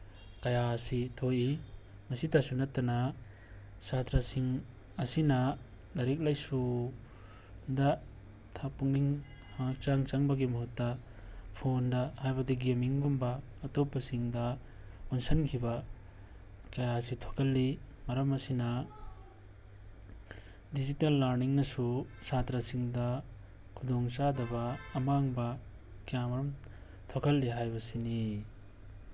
ꯀꯌꯥ ꯑꯁꯤ ꯊꯣꯛꯏ ꯃꯁꯤꯇꯁꯨ ꯅꯠꯇꯅ ꯁꯥꯇ꯭ꯔꯁꯤꯡ ꯑꯁꯤꯅ ꯂꯥꯏꯔꯤꯛ ꯂꯥꯏꯁꯨꯗ ꯄꯨꯛꯅꯤꯡ ꯍꯛꯆꯥꯡ ꯆꯪꯕꯒꯤ ꯃꯍꯨꯠꯇ ꯐꯣꯟꯗ ꯍꯥꯏꯕꯗꯤ ꯒꯦꯃꯤꯡꯒꯨꯝꯕ ꯑꯇꯣꯞꯄꯁꯤꯡꯗ ꯑꯣꯟꯁꯤꯟꯈꯤꯕ ꯀꯌꯥ ꯑꯁꯤ ꯊꯣꯛꯍꯜꯂꯤ ꯃꯔꯝ ꯑꯁꯤꯅ ꯗꯤꯖꯤꯇꯦꯜ ꯂꯥꯔꯅꯤꯡꯅꯁꯨ ꯁꯥꯇ꯭ꯔꯁꯤꯡꯗ ꯈꯨꯗꯣꯡꯆꯥꯗꯕ ꯑꯃꯥꯡꯕ ꯀꯌꯥ ꯑꯃꯔꯣꯝ ꯊꯣꯛꯍꯜꯂꯤ ꯍꯥꯏꯕꯁꯤꯅꯤ